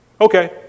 okay